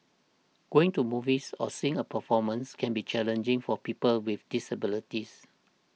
going to movies or seeing a performance can be challenging for people with disabilities